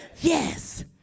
Yes